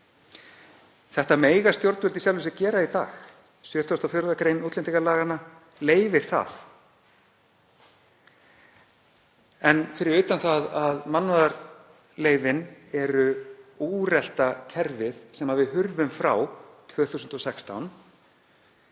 Það mega stjórnvöld í sjálfu sér gera í dag. 74. gr. útlendingalaganna leyfir það. En fyrir utan það að mannúðarleyfin eru úrelta kerfið sem við hurfum frá 2016,